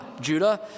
Judah